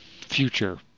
future